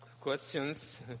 questions